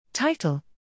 Title